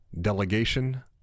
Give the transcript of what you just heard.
delegation